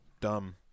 Dumb